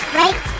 right